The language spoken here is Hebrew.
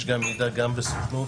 יש גם מידע בסוכנות,